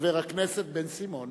חבר הכנסת בן-סימון.